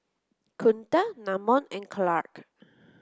Kunta Namon and Clark